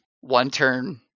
one-turn